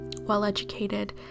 well-educated